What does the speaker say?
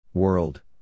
World